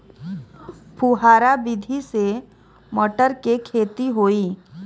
फुहरा विधि से मटर के खेती होई